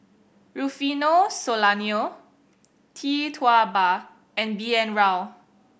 Rufino Soliano Tee Tua Ba and B N Rao